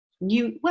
new